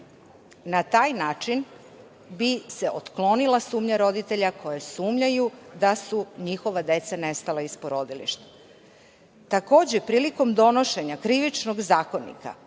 taj način bi se otklonila sumnja roditelja koji sumnjaju da su njihova deca nestala iz porodilišta. Takođe, prilikom donošenja Krivičnog zakonika